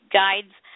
guides